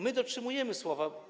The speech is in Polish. My dotrzymujemy słowa.